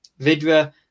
Vidra